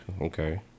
Okay